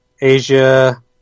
Asia